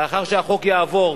לאחר שהחוק יעבור,